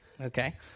okay